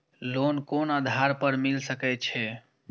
Loan कोन आधार पर मिल सके छे?